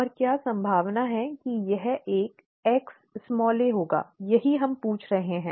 और क्या संभावना है कि यह एक Xa होगा यही हम पूछ रहे हैं